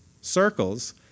circles